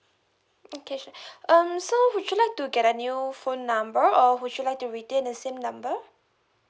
okay sure um so would you like to get a new phone number or would you like to retain the same number